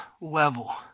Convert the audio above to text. level